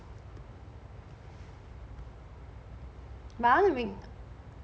been